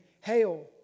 Hail